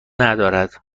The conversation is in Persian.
ندارد